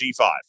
G5